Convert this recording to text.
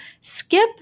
skip